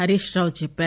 హరీష్ రావు చెప్పారు